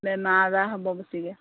বেমাৰ আজাৰ হ'ব বেছিকৈ